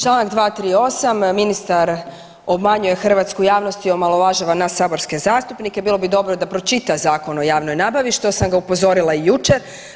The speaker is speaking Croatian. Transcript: Članak 238. ministar obmanjuje hrvatsku javnost i omalovažava nas saborske zastupnike, bilo bi dobro da pročita Zakon o javnoj nabavi što sam ga upozorila i jučer.